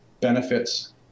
benefits